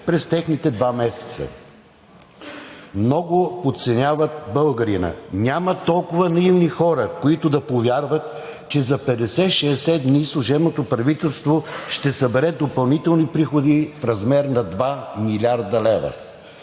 през техните два месеца. Много подценяват българина. Няма толкова наивни хора, които да повярват, че за 50 – 60 дни служебното правителство ще събере допълнителни приходи в размер на 2 млрд. лв.